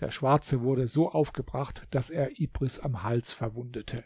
der schwarze wurde so aufgebracht daß er ibris am hals verwundete